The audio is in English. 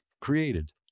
created